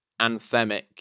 anthemic